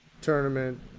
tournament